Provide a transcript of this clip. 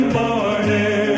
morning